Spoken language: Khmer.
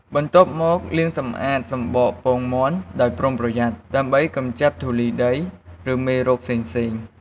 បន្ទាប់មក លាងសម្អាតសំបកពងមាន់ដោយប្រុងប្រយ័ត្ន ដើម្បីកម្ចាត់ធូលីដី ឬមេរោគផ្សេងៗ។